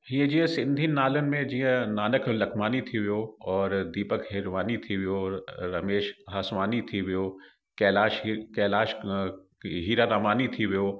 हीअ जीअं सिंधी नालनि में जीअं नानक लखमानी थी वियो और दीपक हरवानी थी वियो और रमेश हासवानी थी वियो कैलाश ही कैलाश हीरारामानी थी वियो